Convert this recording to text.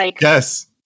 yes